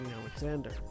Alexander